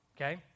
okay